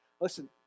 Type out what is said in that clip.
Listen